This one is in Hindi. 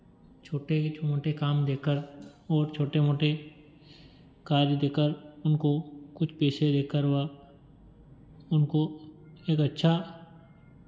छोटे मोटे काम देकर और छोटे मोटे कार्य देकर उनको कुछ पैसे लेकर व उनको एक अच्छा